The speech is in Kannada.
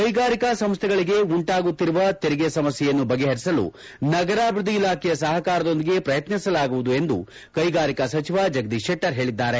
ಕೈಗಾರಿಕಾ ಸಂಸ್ಥೆಗಳಿಗೆ ಉಂಟಾಗುತ್ತಿರುವ ತೆರಿಗೆ ಸಮಸ್ಯೆಯನ್ನು ಬಗೆಹರಿಸಲು ನಗರಾಭಿವೃದ್ದಿ ಇಲಾಖೆಯ ಸಹಕಾರದೊಂದಿಗೆ ಪ್ರಯತ್ನಿಸಲಾಗುವುದು ಎಂದು ಕೈಗಾರಿಕಾ ಸಚಿವ ಜಗದೀಶ್ ಶೆಟ್ಟರ್ ಹೇಳಿದ್ದಾರೆ